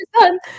done